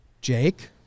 Jake